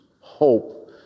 hope